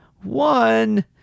one